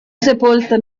sepolta